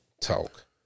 talk